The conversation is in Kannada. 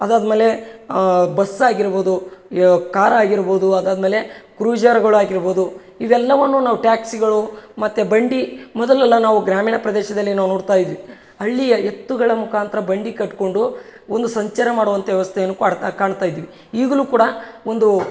ಅದಾದಮೇಲೆ ಬಸ್ಸಾಗಿರ್ಬೋದು ಯ ಕಾರಾಗಿರ್ಬೋದು ಅದಾದಮೇಲೆ ಆಗಿರ್ಬೋದು ಕ್ರುಜರ್ಗಳು ಆಗಿರ್ಬೋದು ಇವೆಲ್ಲವನ್ನು ನಾವು ಟ್ಯಾಕ್ಸಿಗಳು ಮತ್ತು ಬಂಡಿ ಮೊದಲೆಲ್ಲ ನಾವು ಗ್ರಾಮಿಣ ಪ್ರದೇಶದಲ್ಲಿ ನಾವು ನೋಡ್ತಾ ಇದೀವಿ ಹಳ್ಳಿಯ ಎತ್ತುಗಳ ಮುಖಾಂತ್ರ ಬಂಡಿ ಕಟ್ಕೊಂಡು ಒಂದು ಸಂಚಾರ ಮಾಡುವಂತೆ ವ್ಯವಸ್ಥೆಯನ್ ಕೊಡ್ತಾ ಕಾಣ್ತಾ ಇದ್ವಿ ಈಗಲೂ ಕೂಡ ಒಂದು